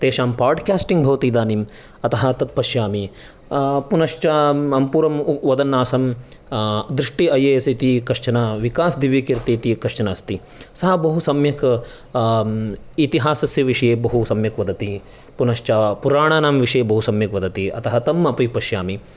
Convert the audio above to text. तेषां पाड्केस्टिङ्ग् भवति इदानीं अतः तत् पश्यामि पुनश्च मम पूर्वं वदन् आसं दृष्टि ऐ ए एस् इति कश्चन विकास् दिव्यकीर्ति इति कश्चन अस्ति सः बहु सम्यक् इतिहासस्य विषये बहु सम्यक् वदति पुनश्च पुराणानां विषये बहु सम्यक् वदति अतः तम् अपि पश्यामि